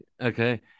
okay